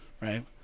Right